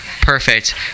Perfect